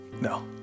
No